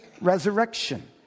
resurrection